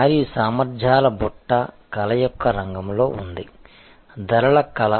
మరియు సామర్ధ్యాల బుట్ట కళ యొక్క రంగంలో ఉంది ధరల కళ